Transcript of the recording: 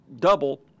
double